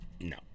No